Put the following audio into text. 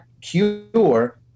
cure